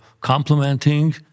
complementing